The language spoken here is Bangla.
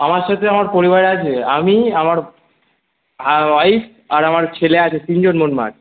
আমার সাথে আমার পরিবার আছে আমি আমার হ্যাঁ ওয়াইফ আর আমার ছেলে আছে তিনজন মোট্মাট